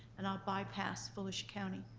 and i'll bypass volusia county.